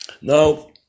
Now